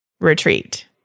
retreat